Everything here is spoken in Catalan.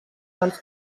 sants